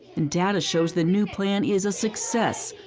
and data shows the new plan is a success.